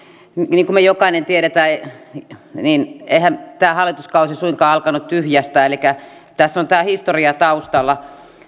niin kuin me jokainen tiedämme niin eihän tämä hallituskausi suinkaan alkanut tyhjästä elikkä tässä on tämä historia taustalla